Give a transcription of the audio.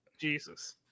Jesus